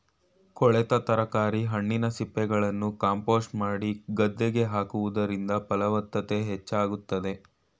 ಕೊಳೆತ ತರಕಾರಿ, ಹಣ್ಣಿನ ಸಿಪ್ಪೆಗಳನ್ನು ಕಾಂಪೋಸ್ಟ್ ಮಾಡಿ ಗದ್ದೆಗೆ ಹಾಕುವುದರಿಂದ ಫಲವತ್ತತೆ ಹೆಚ್ಚಾಗುತ್ತದೆ